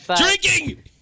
Drinking